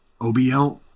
OBL